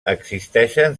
existeixen